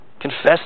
Confess